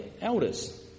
elders